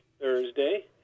Thursday